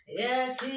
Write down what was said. Yes